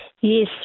Yes